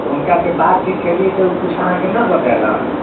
हुनकासँ बातचीत कयलियै तऽ ओ किछु अहाँके नहि बतेलनि